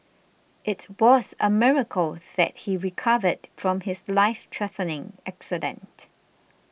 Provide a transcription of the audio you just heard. it was a miracle that he recovered from his lifethreatening accident